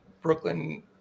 Brooklyn